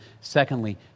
secondly